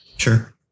Sure